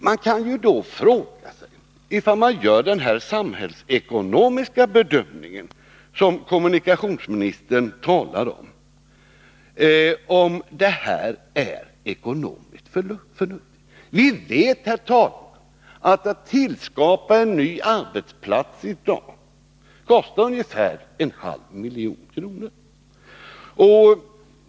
Man kan då — om man gör den samhällsekonomiska bedömning som kommunikationsministern talar om — fråga sig om detta är ekonomiskt förnuftigt. Vi vet, herr talman, att det kostar ungefär en halv miljon att tillskapa en ny arbetsplats i dag.